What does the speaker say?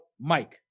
Mike